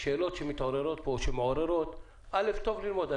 שאלות שמתעוררות פה קודם כול טוב ללמוד,